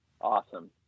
Awesome